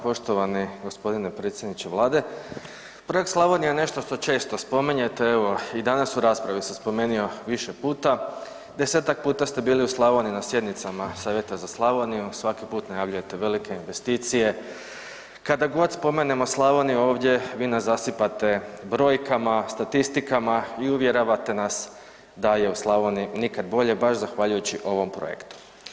Poštovani gospodine predsjedniče Vlade, Projekt Slavonija je nešto što često spominjete, evo i danas u raspravi se spomenio više puta, 10-tak puta ste bili u Slavoniji na sjednicama Savjeta za Slavoniju, svaki put najavljujete velike investicije, kada god spomenemo Slavoniju ovdje vi nas zasipate brojkama, statistikama i uvjeravate nas da je u Slavoniji nikad bolje baš zahvaljujući ovom projektu.